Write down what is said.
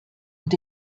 und